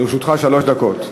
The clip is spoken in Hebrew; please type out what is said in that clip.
לרשותך שלוש דקות.